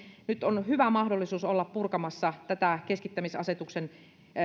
nyt on hyvä mahdollisuus olla purkamassa tätä keskittämisasetuksen